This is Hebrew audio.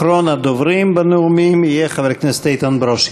אחרון הדוברים בנאומים יהיה חבר הכנסת איתן ברושי.